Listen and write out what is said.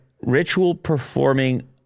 ritual-performing